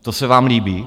To se vám líbí?